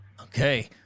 Okay